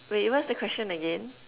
wait what's the question again